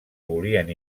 volien